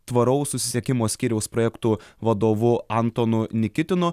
tvaraus susisiekimo skyriaus projektų vadovu antanu nikitinu